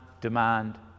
demand